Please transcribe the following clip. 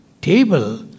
table